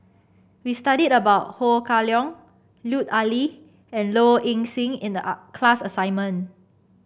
we studied about Ho Kah Leong Lut Ali and Low Ing Sing in the class assignment